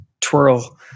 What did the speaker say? twirl